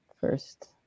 first